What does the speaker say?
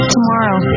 Tomorrow